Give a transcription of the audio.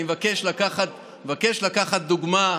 אני מבקש לקחת דוגמה,